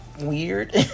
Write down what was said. weird